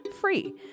free